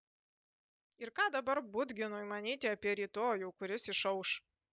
ir ką dabar budginui manyti apie rytojų kuris išauš